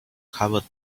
covered